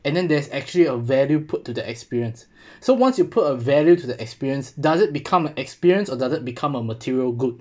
and then there's actually a value put to the experience so once you put a value to the experience does it become a experience or does it become a material good